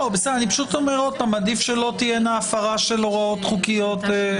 אני פשוט אומר שעדיף שלא תהיה הפרה של הוראות חוקיות.